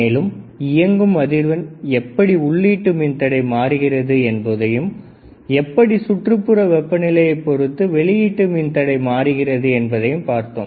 மேலும் இயங்கும் அதிர்வெண் எப்படி உள்ளீட்டு மின்தடையை பொறுத்து மாறுகிறது என்பதையும் எப்படி சுற்றுப்புற வெப்பநிலையைப் பொருத்து வெளியிட்டு மின்தடை மாறுகிறது என்பதையும் பார்த்தோம்